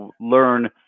learn